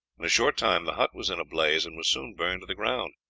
in a short time the hut was in a blaze, and was soon burned to the ground.